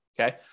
Okay